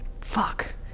fuck